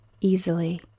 easily